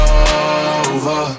over